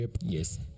Yes